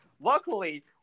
Luckily